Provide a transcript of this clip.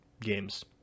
games